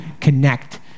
connect